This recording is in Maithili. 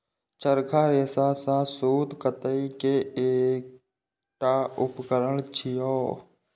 चरखा रेशा सं सूत कताइ के एकटा उपकरण छियै